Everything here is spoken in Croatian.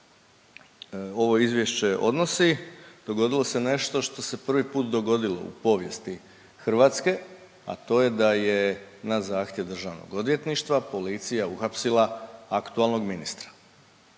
ovo Izvješće odnosi, dogodilo se nešto što se prvi put dogodilo u povijesti Hrvatske, a to je da je na zahtjev DORH-a policija uhapsila aktualnog ministra.